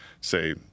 say